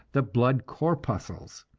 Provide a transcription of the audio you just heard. the blood corpuscles.